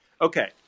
okay